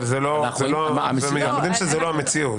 אבל אנחנו יודעים שזו לא המציאות.